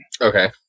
Okay